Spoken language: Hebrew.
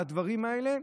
הדברים האלה,